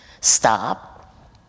stop